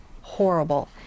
horrible